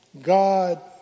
God